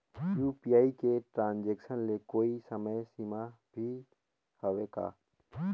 UPI के transaction ले कोई समय सीमा भी हवे का?